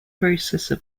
processor